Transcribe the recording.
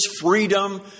freedom